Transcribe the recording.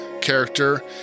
character